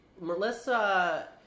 Melissa